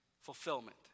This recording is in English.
fulfillment